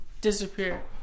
disappear